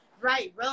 right